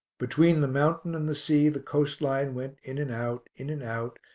between the mountain and the sea the coastline went in and out, in and out,